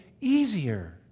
easier